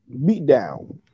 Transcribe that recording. Beatdown